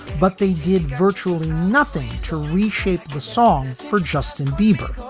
but they did virtually nothing to reshape the songs for justin bieber.